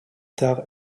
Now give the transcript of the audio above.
tard